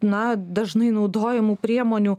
na dažnai naudojamų priemonių